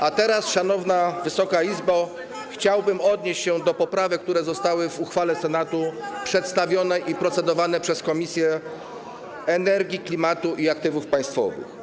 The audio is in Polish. A teraz, szanowna Wysoka Izbo, chciałbym odnieść się do poprawek, które zostały w uchwale Senatu przedstawione i były procedowane przez Komisję do Spraw Energii, Klimatu i Aktywów Państwowych.